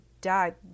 died